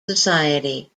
society